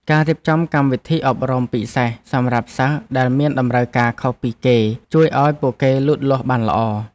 ការរៀបចំកម្មវិធីអប់រំពិសេសសម្រាប់សិស្សដែលមានតម្រូវការខុសពីគេជួយឱ្យពួកគេលូតលាស់បានល្អ។